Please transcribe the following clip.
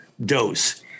dose